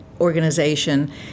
organization